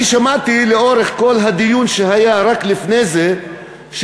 אני שמעתי לאורך כל הדיון שהיה לפני כן,